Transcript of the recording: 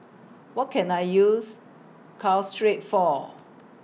What Can I use Caltrate For